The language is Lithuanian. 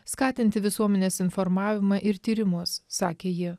skatinti visuomenės informavimą ir tyrimus sakė ji